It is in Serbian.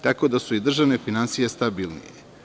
Tako da su i državne finansije stabilne.